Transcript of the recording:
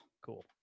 Cool